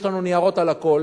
יש לנו ניירות על הכול,